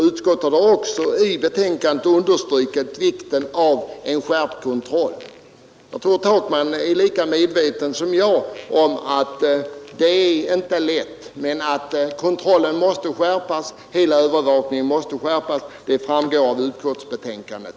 Utskottet har också i betänkandet understrukit vikten av skärpt kontroll. Jag tror att herr Takman inser lika bra som jag att det inte är lätt att komma till rätta med förhållandena, men att kontrollen och hela övervakningen måste skärpas framgår av utskottsbetänkandet.